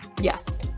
Yes